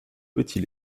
petit